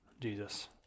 Jesus